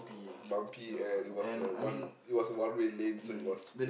bumpy and it was a one it was one-way lane so it was